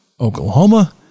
Oklahoma